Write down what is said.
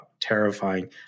terrifying